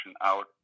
out